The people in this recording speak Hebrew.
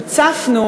הוצפנו,